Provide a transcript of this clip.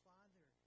Father